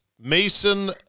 Mason